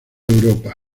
europa